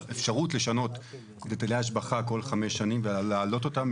האפשרות לשנות היטלי השבחה כל חמש שנים ולהעלות אותם.